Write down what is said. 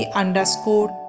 underscore